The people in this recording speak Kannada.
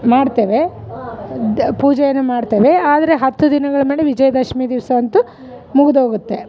ಮಾಡ್ತೇವೆ ದ್ ಪೂಜೆಯನ್ನು ಮಾಡ್ತೇವೆ ಆದರೆ ಹತ್ತು ದಿನಗಳ ಮೇಲೆ ವಿಜಯದಶಮಿ ದಿವಸ ಅಂತು ಮುಗಿದೋಗತ್ತೆ